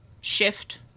shift